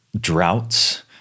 droughts